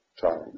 time